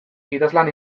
idazlan